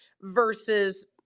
versus